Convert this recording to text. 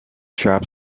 chap